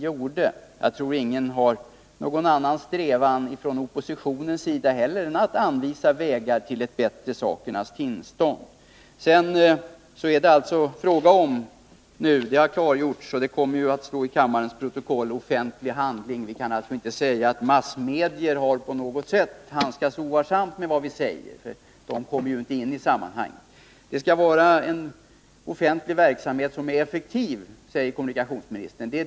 Jag tror inte någon från oppositionen har någon annan strävan än att anvisa vägar till ett bättre sakernas tillstånd. Detta har nu klargjorts och kommer att stå i kammarens protokoll, som är en offentlig handling, så massmedia kan inte på något sätt handskas ovarsamt med vad vi säger. De kommer ju inte in i sammanhanget på det sättet. Det skall vara en offentlig verksamhet som är effektiv, säger kommunikationsministern.